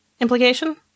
implication